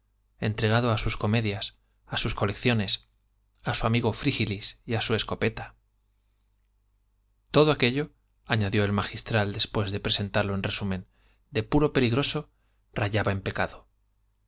quintanar entregado a sus comedias a sus colecciones a su amigo frígilis y a su escopeta todo aquello añadió el magistral después de presentarlo en resumen de puro peligroso rayaba en pecado